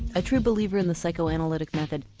a true believer in the psychoanalytic method,